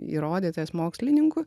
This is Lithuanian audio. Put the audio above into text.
įrodytas mokslininkų